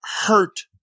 hurt